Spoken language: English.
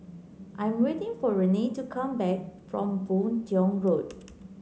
I am waiting for Rayne to come back from Boon Tiong Road